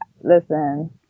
listen